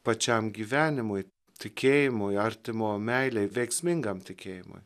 pačiam gyvenimui tikėjimui artimo meilei veiksmingam tikėjimui